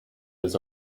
his